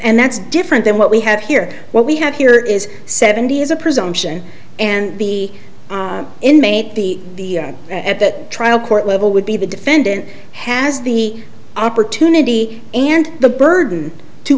and that's different than what we have here what we have here is seventy is a presumption and the inmate the at that trial court level would be the defendant has the opportunity and the burden to